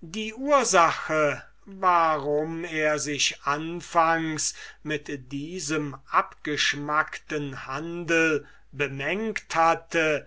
die ursache warum er sich anfangs mit diesem abgeschmackten handel bemengt hatte